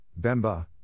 Bemba